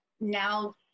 now